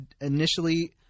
initially